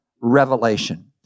revelation